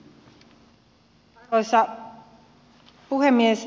arvoisa puhemies